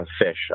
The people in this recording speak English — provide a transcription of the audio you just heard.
fish